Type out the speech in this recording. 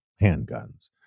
handguns